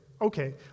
Okay